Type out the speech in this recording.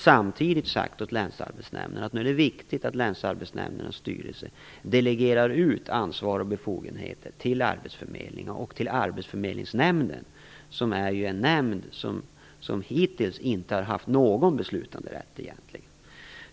Samtidigt har vi sagt åt länsarbetsnämnderna att det nu är viktigt att deras styrelser delegerar ansvar och befogenheter till arbetsförmedlingen och arbetsförmedlingsnämnden, som ju är en nämnd som hittills egentligen inte har haft någon beslutanderätt.